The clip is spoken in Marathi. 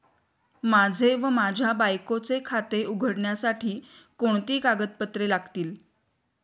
माझे व माझ्या बायकोचे खाते उघडण्यासाठी कोणती कागदपत्रे लागतील?